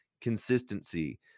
consistency